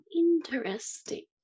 Interesting